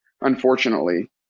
unfortunately